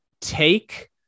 take